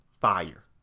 fire